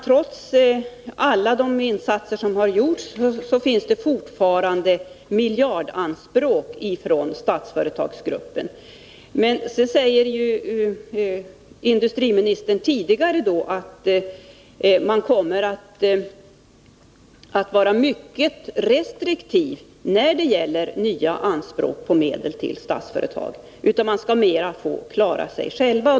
Trots alla de insatser som har gjorts finns det fortfarande miljardanspråk från Statsföretagsgruppen. Industriministern sade tidigare att man kommer att vara mycket restriktiv när det gäller nya anspråk på medel till Statsföretag. Företagsgruppen skall mera få klara sig själv.